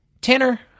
Tanner